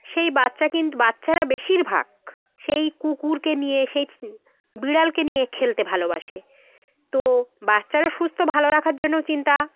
সেই বাচ্চা কিন্তু বাচ্চারা বেশিরভাগ সেই কুকুরকে নিয়ে সেই ছি বিড়ালকে নিয়ে খেলতে ভালোবাসে তো বাচ্চারা সুস্থ ভালো রাখার জন্যও চিন্তা